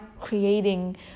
creating